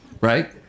Right